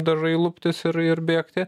dažai luptis ir ir bėgti